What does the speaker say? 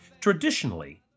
Traditionally